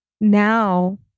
now